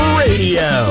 radio